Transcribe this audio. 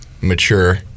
mature